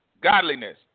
godliness